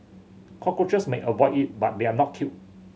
cockroaches may avoid it but they are not killed